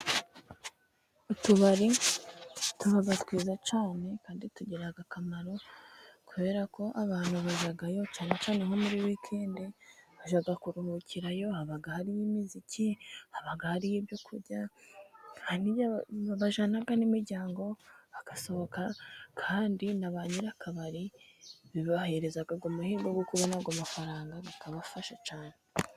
Utubari tuba twiza cyane kandi tugira akamaro, kubera ko abantu bajyayo cyane cyane nko muri wikendi, bajya kuruhukirayo haba hariyo imiziki haba hariyo ibyo kurya, hari n'igihe bajyana n'imiryango bagasohoka, kandi na ba nyiri akabari bibaha ayo mahirwe yo kubona ayo mafaranga bikabafasha cyane.